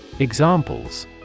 Examples